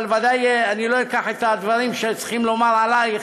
אבל ודאי אני לא אקח את הדברים שצריכים לומר עלייך,